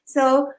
So-